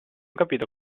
capito